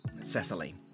Cecily